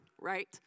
Right